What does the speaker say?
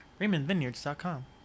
RaymondVineyards.com